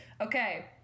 okay